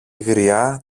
γριά